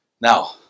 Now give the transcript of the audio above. Now